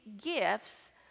gifts